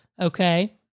okay